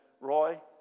Roy